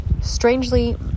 Strangely